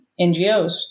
NGOs